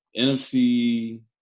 NFC